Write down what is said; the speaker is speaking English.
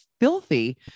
filthy